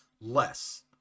less